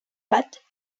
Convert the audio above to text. pattes